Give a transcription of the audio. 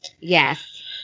Yes